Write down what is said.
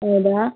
ಹೌದಾ